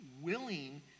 willing